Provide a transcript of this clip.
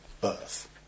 birth